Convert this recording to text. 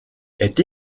est